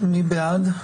מי בעד?